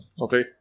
okay